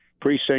precinct